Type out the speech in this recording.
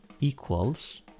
equals